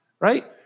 Right